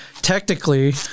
Technically